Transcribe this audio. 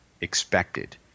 expected